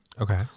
Okay